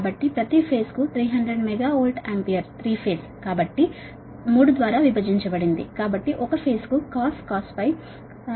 కాబట్టి ప్రతి ఫేజ్ కు 300 MVA 3 ఫేజ్ కాబట్టి 3 ద్వారా విభజించబడింది కాబట్టి ఒక ఫేజ్ కుcos φ 0